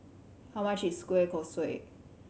how much is kueh kosui